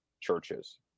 churches